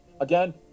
Again